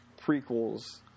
prequels